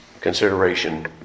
consideration